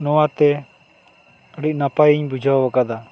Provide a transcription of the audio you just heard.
ᱱᱚᱣᱟᱛᱮ ᱟ ᱰᱤ ᱱᱟᱯᱟᱭᱤᱧ ᱵᱩᱡᱷᱟᱹᱣ ᱟᱠᱟᱫᱟ